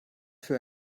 für